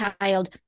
child